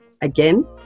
again